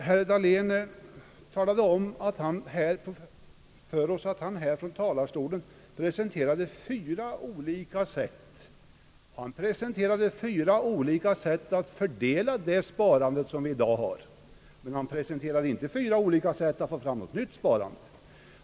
Herr Dahlén talade här från talarstolen om för oss att han presenterade fyra olika sätt till sparande. Han presenterade fyra olika sätt att fördela det sparande som vi i dag har, men han presenterade inte fyra olika sätt att skapa något nytt sparande.